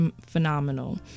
phenomenal